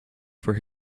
for